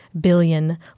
billion